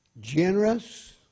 generous